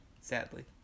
Sadly